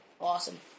awesome